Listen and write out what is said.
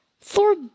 Thor